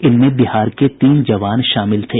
इनमें बिहार के तीन जवान शामिल थे